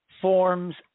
forms